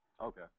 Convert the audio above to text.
Okay